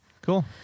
Cool